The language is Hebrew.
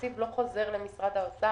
הוא לא חוזר למשרד האוצר.